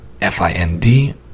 F-I-N-D